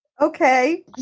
Okay